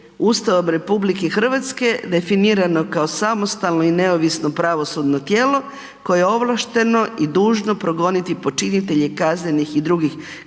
Ustavom RH definirano kao samostalno i neovisno pravosudno tijelo koje je ovlašteno i dužno progoniti počinitelje kaznenih i drugih